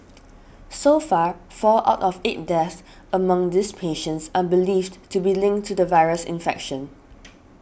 so far four out of eight deaths among these patients are believed to be linked to the virus infection